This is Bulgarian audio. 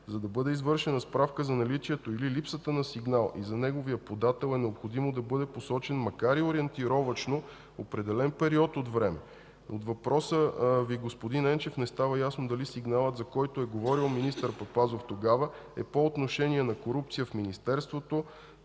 За да бъде извършена справка за наличието или липсата на сигнал и за неговия подател, е необходимо да бъде посочен, макар и ориентировъчно, определен период от време. От въпроса Ви, господин Енчев, не става ясно дали сигналът, за който е говорил министър Папазов тогава, е по отношение на корупция в Министерството,